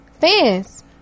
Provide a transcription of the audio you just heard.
fans